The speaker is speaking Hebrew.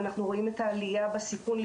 אנחנו רואים את העלייה בסיכון של